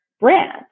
brand